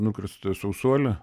nukirstą sausuolį